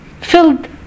filled